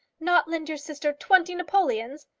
not lend your sister twenty napoleons!